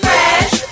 Fresh